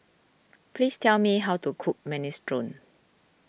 please tell me how to cook Minestrone